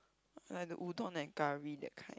like the udon like curry that kind